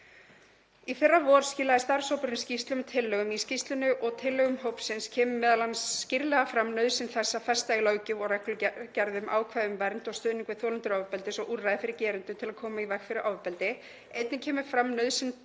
Í fyrravor skilaði starfshópurinn skýrslu með tillögum. Í skýrslunni og tillögum hópsins kemur m.a. skýrlega fram nauðsyn þess að festa í löggjöf og reglugerðir ákvæði um vernd og stuðning við þolendur ofbeldis og úrræði fyrir gerendur til að koma í veg fyrir ofbeldi. Einnig kemur fram nauðsyn